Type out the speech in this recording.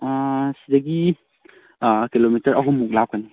ꯑꯥ ꯁꯤꯗꯒꯤ ꯀꯤꯂꯣꯃꯤꯇꯔ ꯑꯍꯨꯝꯃꯨꯛ ꯂꯥꯞꯀꯅꯤ